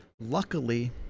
Luckily